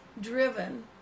driven